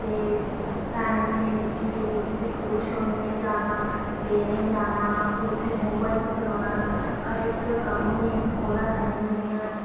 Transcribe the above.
ते भैन ऐ निक्की उसी स्कूल छोड़ने गी जाना लेने गी जाना उसी होम वर्क करवाना हर एक्क कम्म में ओह्दा करनी हुन्नी आं